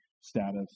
status